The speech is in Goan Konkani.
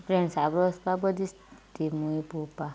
फ्रँड्सां ब्रो वसपा बरें दिसता ती मुवी पळोवपा